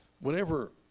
Whenever